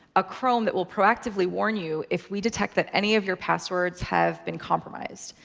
a chrome that will proactively warn you if we detect that any of your passwords have been compromised.